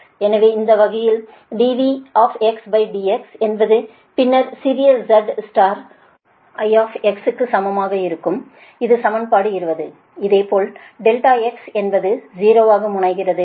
எனவே அந்த வகையில் dVdx என்பது பின்னர்சிறிய z I க்கு சமமாக இருக்கும் இது சமன்பாடு 20 இதேபோல் Δx என்பது 0 ஆக முனைகிறது